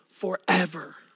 forever